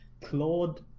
Claude